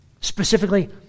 specifically